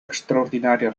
extraordinària